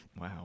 Wow